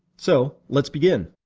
so, lets begin!